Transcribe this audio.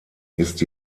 ist